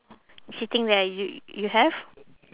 sitting there you you have